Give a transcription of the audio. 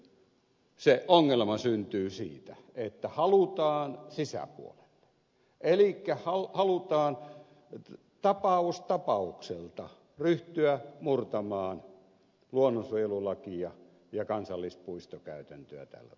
nyt se ongelma syntyy siitä että halutaan sisäpuolelle elikkä halutaan tapaus tapaukselta ryhtyä murtamaan luonnonsuojelulakia ja kansallispuistokäytäntöä tällä tavalla